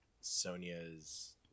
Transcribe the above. Sonia's